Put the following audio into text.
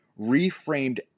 reframed